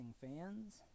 fans